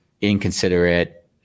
inconsiderate